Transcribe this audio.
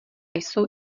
jsou